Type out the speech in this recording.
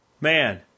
man